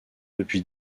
depuis